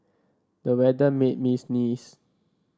the weather made me sneeze